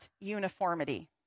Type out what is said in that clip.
uniformity